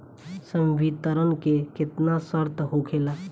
संवितरण के केतना शर्त होखेला?